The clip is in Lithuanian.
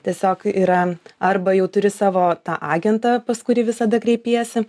tiesiog yra arba jau turi savo tą agentą pas kurį visada kreipiesi